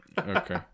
okay